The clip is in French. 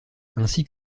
ainsi